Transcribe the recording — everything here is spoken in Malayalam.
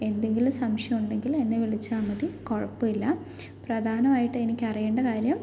എന്തെങ്കിലും സംശയം ഉണ്ടെങ്കിൽ എന്നെ വിളിച്ചാൽ മതി കുഴപ്പമില്ല പ്രധാനവായിട്ടും എനിക്ക് അറിയേണ്ട കാര്യം